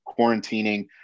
quarantining